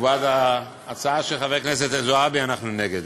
ועל ההצעה של חברת הכנסת זועבי, אנחנו נגד.